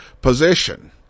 position